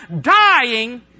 dying